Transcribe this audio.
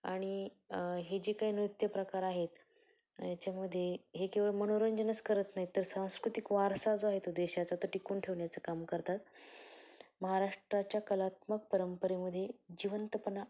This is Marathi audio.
आणि हे जे काही नृत्यप्रकार आहेत याच्यामध्ये हे केवळ मनोरंजनच करत नाहीत तर सांस्कृतिक वारसा जो आहे तो देशाचा तो टिकवून ठेवण्याचं काम करतात महाराष्ट्राच्या कलात्मक परंपरेमध्ये जिवंतपणा